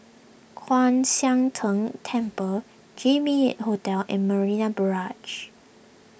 Kwan Siang Tng Temple Jimy Hotel and Marina Barrage